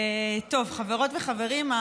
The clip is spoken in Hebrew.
חברות וחברים,